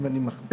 אם אני מכפיל,